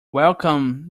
welcome